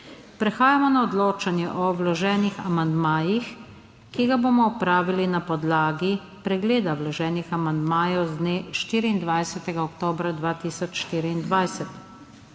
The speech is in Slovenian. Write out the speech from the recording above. Prehajamo na odločanje o vloženih amandmajih, ki ga bomo opravili na podlagi pregleda vloženih amandmajev z dne 24. oktobra 2024